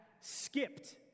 skipped